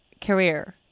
career